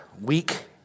week